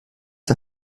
der